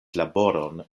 laboron